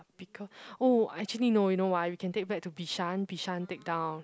becau~ oh actually no you know why we can take back to Bishan Bishan take down